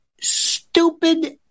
stupid